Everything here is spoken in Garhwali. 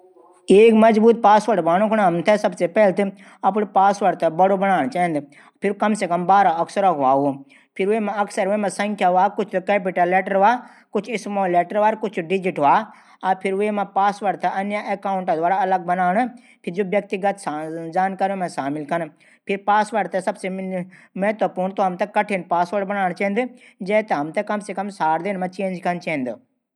एक मजबूत पासवर्ड बणाणू कू सबसे पैली हमथै त अपडू पासवर्ड थै बडू बणान चैंद। फिर वेमा डिजिट अलाफाबेट से मिली बणयू हो। कुछ संख्या हो कुछ कैपिटल लैटर कुछ स्माल लैटर हो। ये तरह से मिली बनियू हो। फिर पासवर्ड थै साठ दिन मा बदलन चैंद।